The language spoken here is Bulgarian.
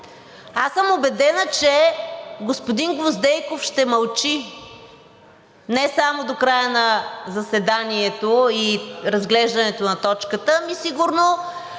Аз съм убедена, че господин Гвоздейков ще мълчи не само до края на заседанието и разглеждането на точката, ами сигурно